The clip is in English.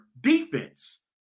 defense